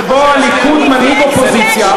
שבו הליכוד מנהיג אופוזיציה,